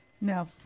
No